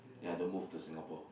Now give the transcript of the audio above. ya don't move to Singapore